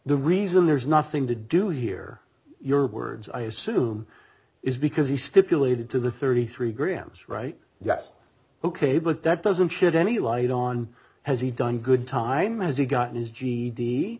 the reason there's nothing to do here your words i assume is because he stipulated to the thirty three grams right yes ok but that doesn't shed any light on has he done good time has he got his g